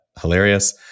hilarious